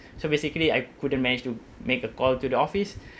so basically I couldn't manage to make a call to the office